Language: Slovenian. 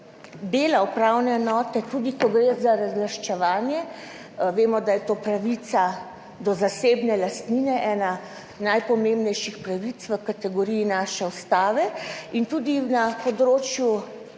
dela upravne enote, tudi, ko gre za razlaščevanje; vemo, da je to pravica do zasebne lastnine, ena najpomembnejših pravic v kategoriji naše Ustave in tudi na področju